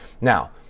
now